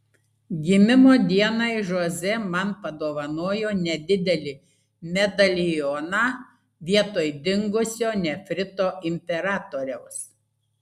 gimimo dienai žoze man padovanojo nedidelį medalioną vietoj dingusio nefrito imperatoriaus